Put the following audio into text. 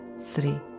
three